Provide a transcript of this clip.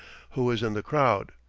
who is in the crowd.